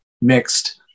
mixed